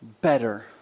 better